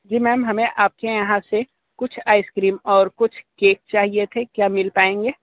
जी ma'am हमें आपके यहाँ से कुछ आइसक्रीम और कुछ केक चाहिए थे क्या मिल पाएंगे